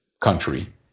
country